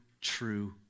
true